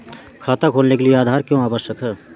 खाता खोलने के लिए आधार क्यो आवश्यक है?